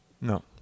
no